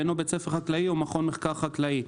ואינו בית ספר חקלאי או מכון מחקר חקלאי,